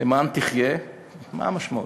"למען תחיה" מה המשמעות?